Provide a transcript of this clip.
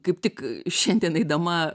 kaip tik šiandien eidama